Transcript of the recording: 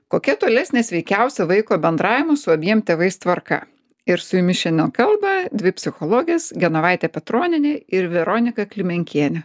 kokia tolesnė sveikiausia vaiko bendravimo su abiem tėvais tvarka ir su jumis šiandien kalba dvi psichologės genovaitė petronienė ir veronika klimenkienė